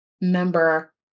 member